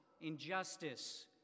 injustice